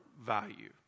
value